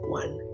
one